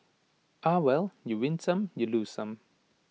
ah well you win some you lose some